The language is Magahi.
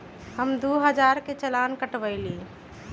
हम दु हजार के चालान कटवयली